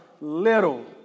little